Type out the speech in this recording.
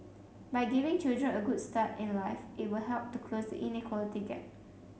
by giving children a good start in life it will help to close the inequality gap